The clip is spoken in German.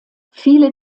viele